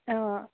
অঁ